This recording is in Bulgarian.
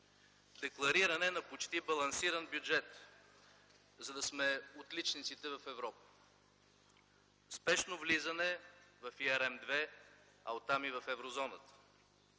деклариране на почти балансиран бюджет, за да сме отличниците в Европа; спешно влизане в ЕRM 2, а оттам и в Еврозоната;